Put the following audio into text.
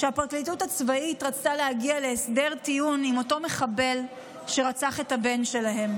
שהפרקליטות הצבאית רצתה להגיע להסדר טיעון עם המחבל שרצח את הבן שלהם.